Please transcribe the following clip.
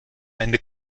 eine